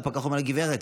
והפקח אומר לה: גברת,